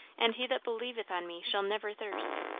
and he that believeth on me shall never thirst